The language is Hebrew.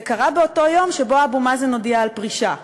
זה קרה באותו יום שאבו מאזן הודיע על פרישה.